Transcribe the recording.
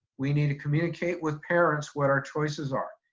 we need to communicate with parents what our choices are.